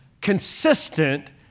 consistent